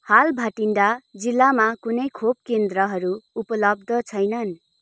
हाल भाटिन्डा जिल्लामा कुनै खोप केन्द्रहरू उपलब्ध छैन